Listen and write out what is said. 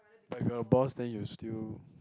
but if you are the boss then you still